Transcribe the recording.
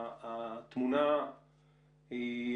התמונה היא,